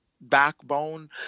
backbone